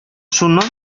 шуннан